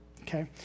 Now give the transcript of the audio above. Okay